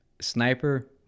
Sniper